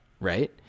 right